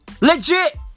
Legit